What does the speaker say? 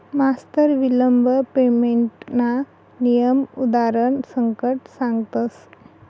मास्तर विलंब पेमेंटना नियम उदारण सकट सांगतस